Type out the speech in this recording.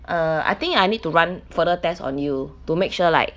err I think I need to run furthur test on you to make sure like